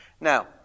Now